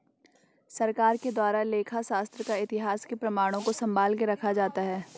सरकार के द्वारा लेखा शास्त्र का इतिहास के प्रमाणों को सम्भाल के रखा जाता है